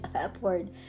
upward